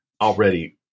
already